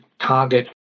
target